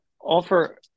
offer